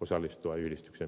osallistua yhdistyksen päätöksentekoon